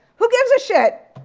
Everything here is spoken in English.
who gives a shit?